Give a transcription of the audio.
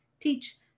teach